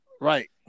Right